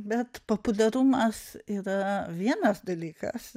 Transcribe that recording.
bet populiarumas yra vienas dalykas